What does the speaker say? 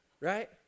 Right